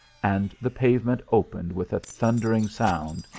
and the pavement opened with a thundering sound,